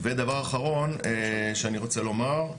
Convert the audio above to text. דבר אחרון שאני רוצה לומר,